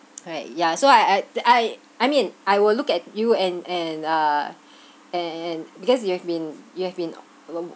correct ya so I I I I mean I will look at you and and uh and and because you've been you have been